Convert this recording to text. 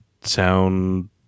sound